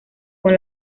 con